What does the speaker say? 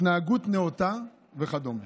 התנהגות נאותה וכדומה.